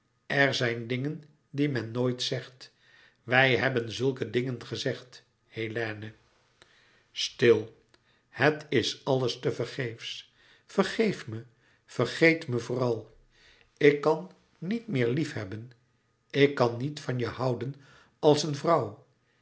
er zijn dingen die men nooit zegt wij hebben zulke dingen gezegd hélène stil het is alles tevergeefs vergeef me vergeet me vooral ik kan niet meer liefhebben ik kan niet van je houden als een vrouw